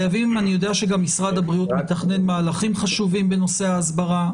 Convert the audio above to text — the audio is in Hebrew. אני יודע שגם משרד הבריאות מתכנן מהלכים חשובים בנושא ההסברה.